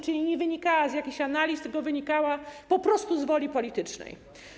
Czyli nie wynikała ona z jakichś analiz, tylko wynikała po prostu z woli politycznej.